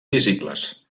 visibles